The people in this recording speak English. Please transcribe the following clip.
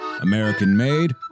American-made